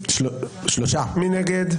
מי נגד?